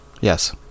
Yes